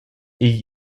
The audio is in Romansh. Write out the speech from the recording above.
igl